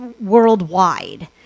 worldwide